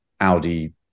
Audi